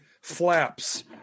flaps